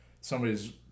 somebody's